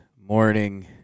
morning